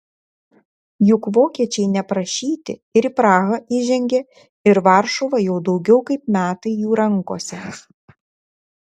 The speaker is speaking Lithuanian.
juk vokiečiai neprašyti ir į prahą įžengė ir varšuva jau daugiau kaip metai jų rankose